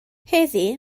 heddiw